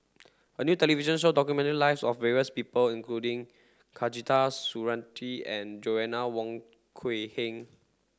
a new television show documented lives of various people including Surattee and Joanna Wong Quee Heng